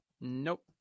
Nope